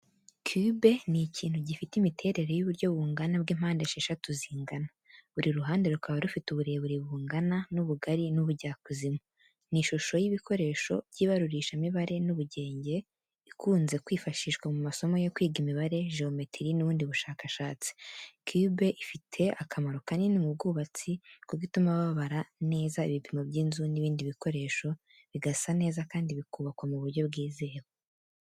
Cube ni ikintu gifite imiterere y’uburyo bungana bw’impande esheshatu zingana, buri ruhande rukaba rufite uburebure bungana n’ubugari n’ubujyakuzimu. Ni ishusho y’ibikoresho by’ibarurishamibare n’ubugenge, ikunze kwifashishwa mu masomo yo kwiga imibare, geometry n’ubundi bushakashatsi. Cube ifite akamaro kanini mu bwubatsi kuko ituma babara neza ibipimo by’inzu n’ibindi bikoresho. Bigasa neza kandi bikubakwa mu buryo bwizewe.